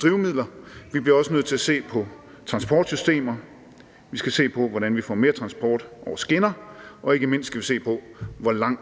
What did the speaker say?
drivmidler. Vi bliver også nødt til at se på transportsystemer. Vi skal se på, hvordan vi får mere transport over skinner, og ikke mindst skal vi se på, hvordan